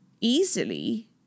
Easily